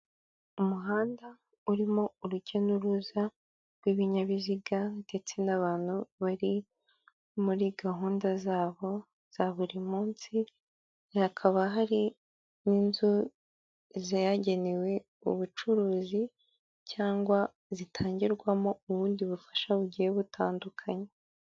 Umuhanda urimo urujya n'uruza rw'ibinyabiziga ndetse n'abantu bari muri gahunda zabo za buri munsi hakaba hari n'inzu zagenewe ubucuruzi cyangwa zitangirwamo ubundi bufasha bugiye butandukanye.